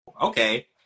Okay